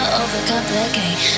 overcomplicate